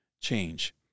change